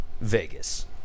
Vegas